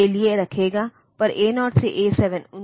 तो यह system bus नामक चीज को जन्म देता है